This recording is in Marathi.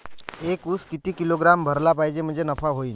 एक उस किती किलोग्रॅम भरला पाहिजे म्हणजे नफा होईन?